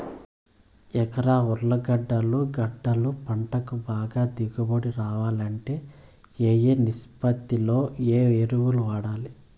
ఎకరా ఉర్లగడ్డలు గడ్డలు పంటకు బాగా దిగుబడి రావాలంటే ఏ ఏ నిష్పత్తిలో ఏ ఎరువులు వాడాలి?